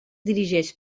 dirigeix